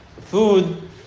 food